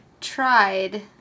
tried